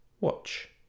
Watch